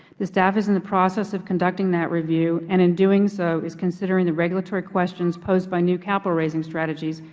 the staff is in the process of conducting that review, and in doing so, is considering the regulatory questions posed by new capital raising strategies,